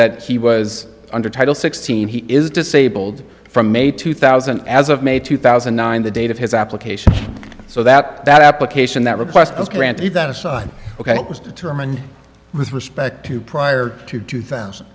that he was under title sixteen he is disabled from may two thousand as of may two thousand and nine the date of his application so that that application that request was granted that ok was determined with respect to prior to two thousand